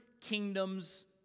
kingdom's